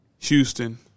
Houston